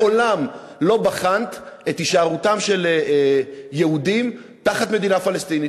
מעולם לא בחנת את הישארותם של יהודים תחת מדינה פלסטינית.